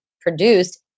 produced